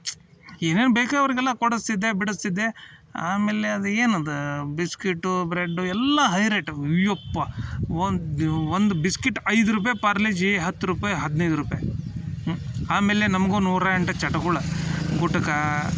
ಏನೇನು ಬೇಕು ಅವರಿಗೆಲ್ಲ ಕೊಡಿಸ್ತಿದ್ದೆ ಬಿಡಿಸ್ತಿದ್ದೆ ಆಮೇಲೆ ಅದು ಏನಿದೆ ಬಿಸ್ಕಿಟು ಬ್ರೆಡ್ಡು ಎಲ್ಲ ಹೈ ರೇಟ್ ಅಯ್ಯೊಪ್ಪ ಒಂದು ಬಿಸ್ಕಿಟ್ ಐದು ರೂಪಾಯಿ ಪಾರ್ಲೆ ಜೀ ಹತ್ತು ರೂಪಾಯಿ ಹದಿನೈದು ರೂಪಾಯಿ ಆಮೇಲೆ ನಮ್ಗೂ ನೂರಾ ಎಂಟು ಚಟಗಳ ಗುಟ್ಕಾ